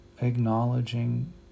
acknowledging